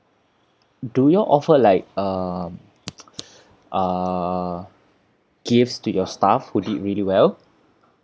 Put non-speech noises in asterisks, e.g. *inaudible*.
do you all offer like um *noise* uh gifts to your staff who did really well